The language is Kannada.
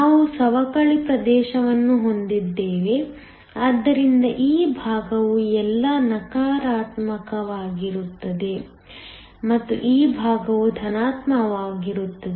ನಾವು ಸವಕಳಿ ಪ್ರದೇಶವನ್ನು ಹೊಂದಿದ್ದೇವೆ ಆದ್ದರಿಂದ ಈ ಭಾಗವು ಎಲ್ಲಾ ನಕಾರಾತ್ಮಕವಾಗಿರುತ್ತದೆ ಮತ್ತು ಈ ಭಾಗವು ಧನಾತ್ಮಕವಾಗಿರುತ್ತದೆ